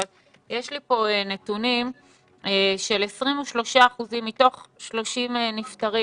אבל יש לי פה נתונים של 23% מתוך 30 נפטרים